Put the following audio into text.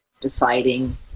deciding